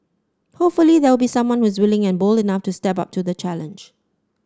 hopefully there will be someone who is willing and bold enough to step up to the challenge